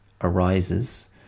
arises